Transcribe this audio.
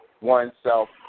oneself